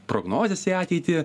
prognozes į ateitį